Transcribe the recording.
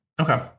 Okay